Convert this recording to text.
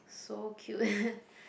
so cute